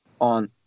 on